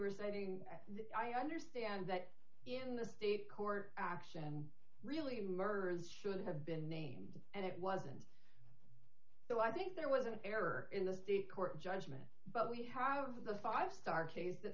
residing i understand that in the state court action really murderers should have been named and it wasn't so i think there was an error in this the court judgement but we have the five star case th